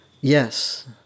Yes